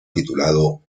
titulado